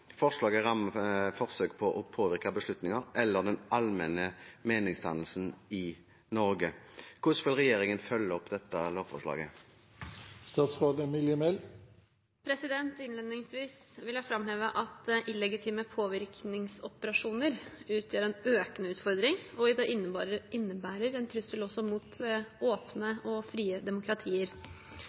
Forslaget rammer forsøk på å påvirke beslutninger eller den allmenne meningsdannelsen i Norge. Hvordan vil regjeringen følge opp lovforslaget?» Innledningsvis vil jeg framheve at illegitime påvirkningsoperasjoner utgjør en økende utfordring og innebærer en trussel også